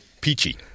peachy